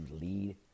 lead